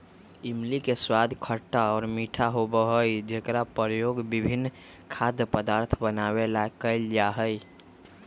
इमली के स्वाद खट्टा और मीठा होबा हई जेकरा प्रयोग विभिन्न खाद्य पदार्थ के बनावे ला कइल जाहई